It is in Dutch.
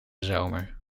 zomer